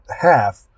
half